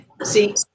See